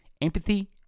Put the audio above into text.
empathy